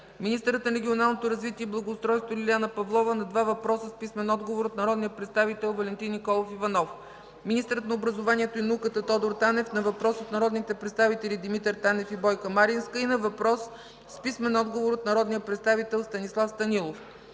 министърът на регионалното развитие и благоустройството Лиляна Павлова – на два въпроса с писмен отговор от народния представител Валентин Николов Иванов; – министърът на образованието и науката Тодор Танев – на въпрос от народните представители Димитър Танев и Бойка Маринска, и на въпрос с писмен отговор от народния представител Станислав Станилов;